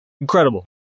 incredible